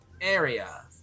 area